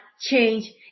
change